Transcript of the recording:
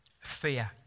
fear